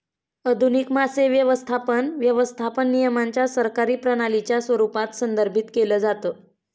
आधुनिक मासे व्यवस्थापन, व्यवस्थापन नियमांच्या सरकारी प्रणालीच्या स्वरूपात संदर्भित केलं जातं